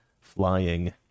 flying